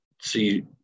see